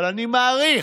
אבל אני מעריך,